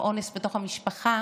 עם אונס בתוך המשפחה,